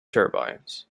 turbines